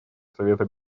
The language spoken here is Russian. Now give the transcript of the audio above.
совета